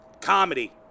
comedy